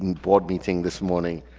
board meeting this morning.